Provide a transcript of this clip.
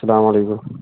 اسَلامُ علیکُم